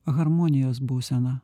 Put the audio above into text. harmonijos būsena